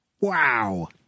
Wow